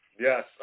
Yes